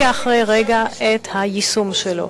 רגע אחרי רגע, את היישום שלו.